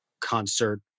concert